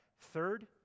Third